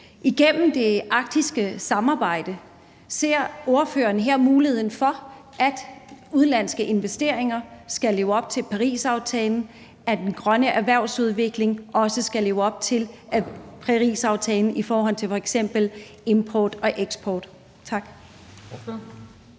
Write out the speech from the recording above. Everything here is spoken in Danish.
igennem det arktiske samarbejde, at udenlandske investeringer skal leve op til Parisaftalen, og at den grønne erhvervsudvikling også skal leve op til Parisaftalen i forhold til f.eks. import og eksport?